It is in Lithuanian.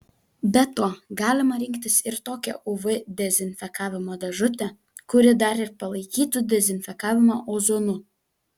be to galima rinktis ir tokią uv dezinfekavimo dėžutę kuri dar ir palaikytų dezinfekavimą ozonu